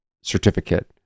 certificate